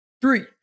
Three